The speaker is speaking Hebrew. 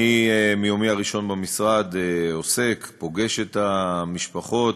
מיומי הראשון במשרד אני עוסק, פוגש את המשפחות,